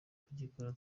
kugikora